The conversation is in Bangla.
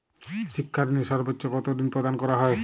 শিক্ষা ঋণে সর্বোচ্চ কতো ঋণ প্রদান করা হয়?